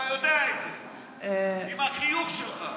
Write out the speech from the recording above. אתה יודע את זה, עם החיוך שלך.